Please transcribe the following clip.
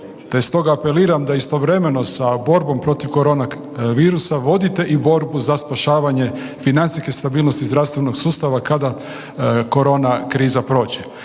stoga apeliram da istovremeno sa borbom protiv korona virusa vodite i borbu za spašavanje financijske stabilnosti zdravstvenog sustava kada korona kriza prođe.